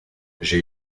j’ai